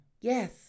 Yes